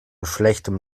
schlechtem